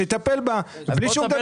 הוא יטפל בה בלי שידבר איתנו.